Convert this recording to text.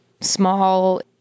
small